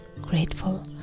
grateful